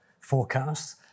forecasts